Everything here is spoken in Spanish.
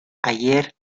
ayer